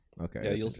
Okay